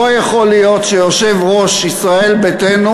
לא יכול להיות שיושב-ראש ישראל ביתנו